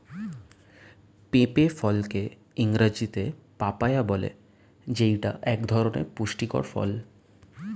পেঁপে ফলকে ইংরেজিতে পাপায়া বলে যেইটা এক ধরনের পুষ্টিকর ফল